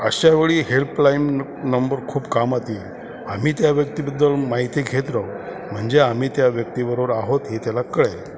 अशा वेळी helpline number खूप कामात येईल आम्ही त्या व्यक्तीबद्दल माहिती घेत राहू म्हणजे आम्ही त्या व्यक्तीबरोबर आहोत हे त्याला कळेल